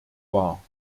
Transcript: war